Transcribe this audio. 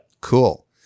Cool